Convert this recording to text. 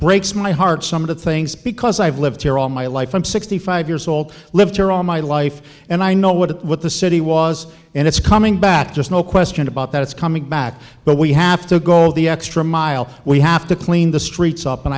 breaks my heart some of the things because i've lived here all my life i'm sixty five years old lived here all my life and i know what it what the city was and it's coming back just no question about that it's coming back but we have to go the extra mile we have to clean the streets up and